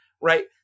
Right